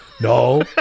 No